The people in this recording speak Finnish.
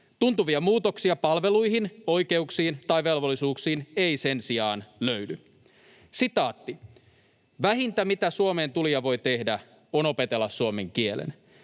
Tuntuvia muutoksia palveluihin, oikeuksiin tai velvollisuuksiin ei sen sijaan löydy. ”Vähintä, mitä Suomeen tulija voi tehdä, on opetella suomen kielen.